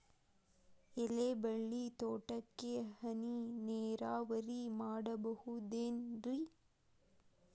ಎಲೆಬಳ್ಳಿ ತೋಟಕ್ಕೆ ಹನಿ ನೇರಾವರಿ ಮಾಡಬಹುದೇನ್ ರಿ?